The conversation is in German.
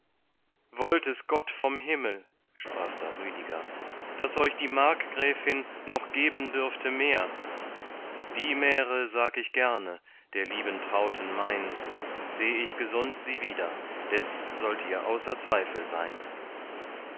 wollt es gott vom himmel sprach da rüdiger daß euch die markgräfin noch geben dürfte mehr die märe sag ich gerne der lieben trauten mein seh ich gesund sie wieder des sollt ihr außer zweifel sein